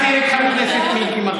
נא להחזיר את חבר הכנסת מיקי מכלוף